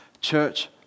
church